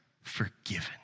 forgiven